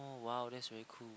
oh !wow! that very cool